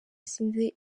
sinzi